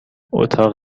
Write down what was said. اتاق